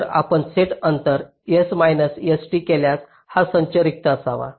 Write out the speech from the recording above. तर आपण सेट अंतर S मैनास S केल्यास हा संच रिक्त असावा